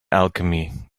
alchemy